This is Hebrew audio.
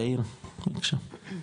יאיר, בבקשה.